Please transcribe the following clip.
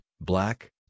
black